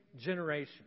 generation